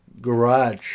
garage